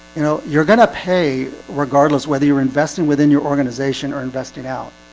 you know, you're gonna pay regardless whether you're investing within your organization or investing out,